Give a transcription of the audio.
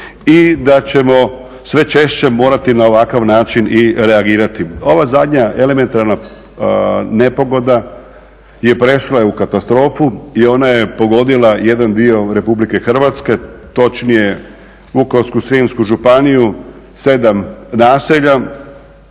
i da ćemo sve češće morati na ovakav način i reagirati. Ova zadnja elementarna nepogoda je prešla u katastrofu, i ona je pogodila jedan dio Republike Hrvatske točnije Vukovarsko-srijemsku županiju, sedam naselja